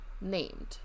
named